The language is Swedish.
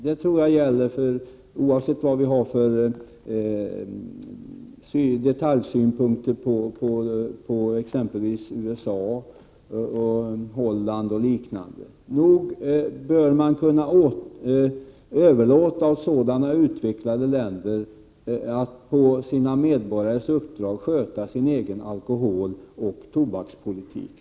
Det tror jag gäller oavsett vad vi har för detaljsynpunkter på USA, Holland osv. Nog bör man kunna överlåta åt sådana utvecklade länder att på sina medborgares uppdrag sköta sin egen alkoholoch tobakspolitik!